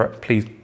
please